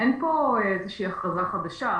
אין פה איזה שהיא הכרזה חדשה.